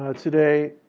ah today.